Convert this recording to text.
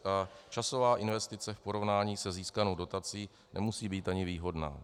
A časová investice v porovnání se získanou dotací nemusí být ani výhodná.